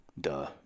duh